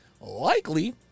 Likely